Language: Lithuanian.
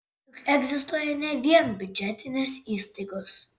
juk egzistuoja ne vien biudžetinės įstaigos